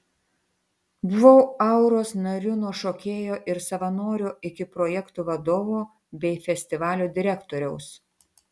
buvau auros nariu nuo šokėjo ir savanorio iki projektų vadovo bei festivalio direktoriaus